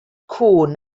cŵn